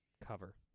cover